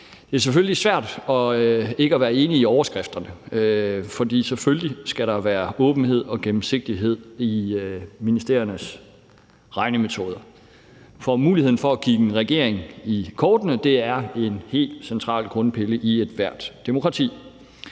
Det er selvfølgelig svært ikke at være enig i overskrifterne. For selvfølgelig skal der være åbenhed og gennemsigtighed i ministeriernes regnemetoder. For muligheden for at kigge en regering i kortene er en helt central grundpille i ethvert demokrati.